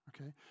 okay